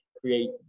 create